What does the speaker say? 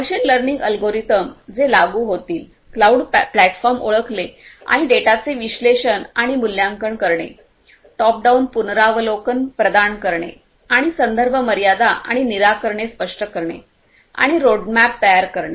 machine learning algorithm जे लागू होतील क्लाऊड प्लॅटफॉर्म ओळखणे आणि डेटाचे विश्लेषण आणि मूल्यांकन करणे टॉप डाऊन पुनरावलोकन प्रदान करणे आणि संदर्भ मर्यादा आणि निराकरणे स्पष्ट करणे आणि रोडमॅप तयार करणे